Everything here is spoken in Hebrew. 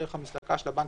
דרך המסלקה של הבנקים,